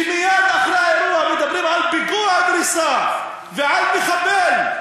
שמייד אחרי האירוע מדברים על פיגוע דריסה ועל מחבל,